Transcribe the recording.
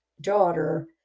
daughter